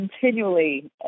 continually